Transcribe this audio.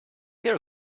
your